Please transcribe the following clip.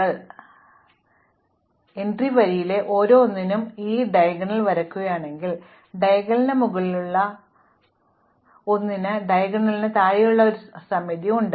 ഈ 1 കൾ സമമിതിയാണെന്നതും ഓർക്കുക അതിനാൽ എന്റെ വരിയെക്കുറിച്ചുള്ള ഓരോ 1 നും അതിനാൽ ഞാൻ ഈ ഡയഗണൽ വരയ്ക്കുകയാണെങ്കിൽ ഡയഗണലിന് മുകളിലുള്ള ഓരോ 1 ഉം എനിക്ക് ഡയഗണോണിന് താഴെയുള്ള ഒരു സമമിതി 1 ഉണ്ട്